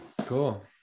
cool